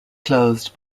closed